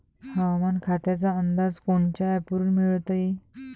हवामान खात्याचा अंदाज कोनच्या ॲपवरुन मिळवता येईन?